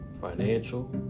financial